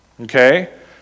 Okay